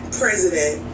president